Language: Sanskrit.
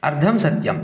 अर्धं सत्यं